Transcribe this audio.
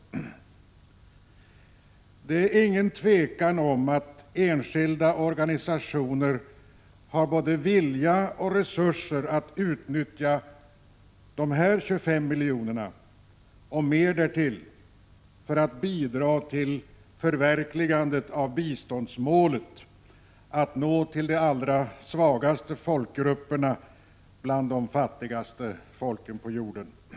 Det råder inget tvivel om att enskilda organisationer har både vilja och resurser att utnyttja dessa 25 milj.kr. och mer därtill för att bidra till förverkligandet av biståndsmålet, att nå fram till de allra svagaste folkgrupperna i de fattigaste länderna på jorden, grupper Prot.